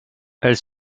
elles